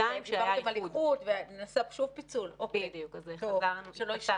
דיברתם על איחוד ונעשה שוב פיצול כדי שלא ישעמם.